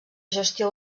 gestió